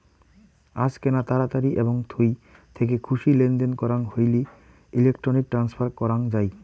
আজকেনা তাড়াতাড়ি এবং থুই থেকে খুশি লেনদেন করাং হইলে ইলেক্ট্রনিক ট্রান্সফার করাং যাই